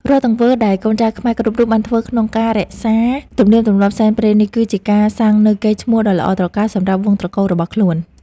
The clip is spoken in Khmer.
រាល់ទង្វើដែលកូនចៅខ្មែរគ្រប់រូបបានធ្វើក្នុងការថែរក្សាទំនៀមទម្លាប់សែនព្រេននេះ គឺជាការសាងនូវកេរ្តិ៍ឈ្មោះដ៏ល្អត្រកាលសម្រាប់វង្សត្រកូលរបស់ខ្លួន។